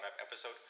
episode